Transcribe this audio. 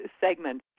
segment